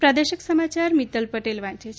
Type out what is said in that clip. પ્રાદેશિક સમાયાર મિત્તલ પટેલ વાંચે છે